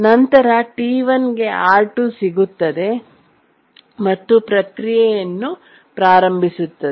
ನಂತರ T1 ಗೆ R2 ಸಿಗುತ್ತದೆ ಮತ್ತು ಪ್ರಕ್ರಿಯೆಯನ್ನು ಪ್ರಾರಂಭಿಸುತ್ತದೆ